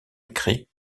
écrit